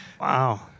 Wow